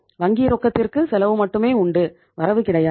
வங்கி ரொக்கத்திற்கு செலவு மட்டுமே உண்டு வரவு கிடையாது